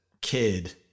kid